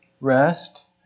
rest